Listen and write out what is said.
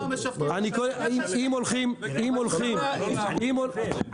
אני אומר את